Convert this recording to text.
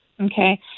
Okay